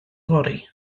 fory